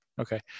Okay